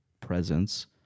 presence